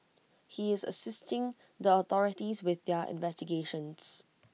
he is assisting the authorities with their investigations